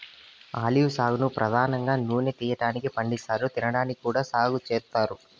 olive సాగును పధానంగా నూనె తీయటానికి పండిస్తారు, తినడానికి కూడా సాగు చేత్తారు